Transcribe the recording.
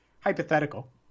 hypothetical